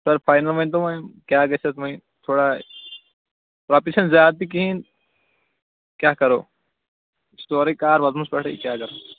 سر final ؤنۍتَو وۅنۍ کیٛاہ گََژھس وۅنۍ تھوڑا رۄپیہِ چھَنہٕ زیادٕ تہِ کِہیٖنٛۍ کیٛاہ کَرو سورُے کار وۄزمَس پیٚٹھٕے کیٛاہ کرو